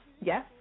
yes